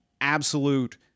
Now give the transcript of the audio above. absolute